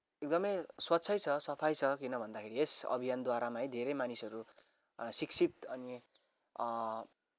एकदमै स्वच्छै छ सफै छ किन भन्दाखेरि यस अभियानद्वारामा है धेरै मानिसहरू शिक्षित अनि